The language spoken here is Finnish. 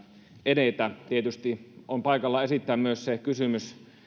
edetä tietysti on paikallaan esittää myös se kysymys